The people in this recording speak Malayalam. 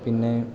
പിന്നെ